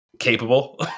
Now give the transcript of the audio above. capable